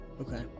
Okay